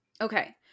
Okay